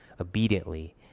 obediently